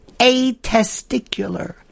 A-testicular